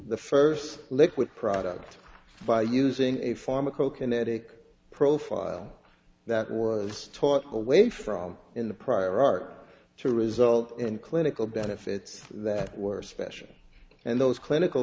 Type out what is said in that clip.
the first liquid product by using a pharmaco kinetic profile that was taught away from in the prior art to result in clinical benefits that were special and those clinical